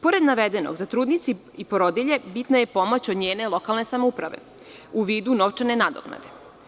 Pored navedenog za trudnice i porodilje bitna je pomoć od njene lokalne samouprave u vidu novčane nadoknade.